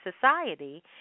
society